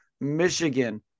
Michigan